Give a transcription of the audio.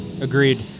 Agreed